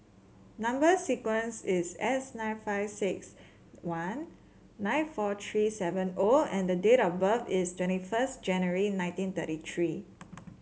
number sequence is S nine five six one nine four three seven O and date of birth is twenty first January nineteen thirty three